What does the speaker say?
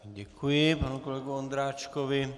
Děkuji, panu kolegovi Ondráčkovi.